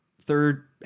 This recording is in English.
third